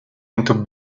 into